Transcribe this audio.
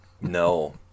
No